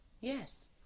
Yes